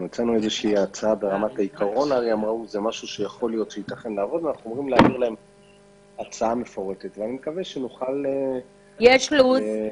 יש הצעה שאנחנו אמורים להעביר ואני מקווה שנוכל --- יש לוח זמנים?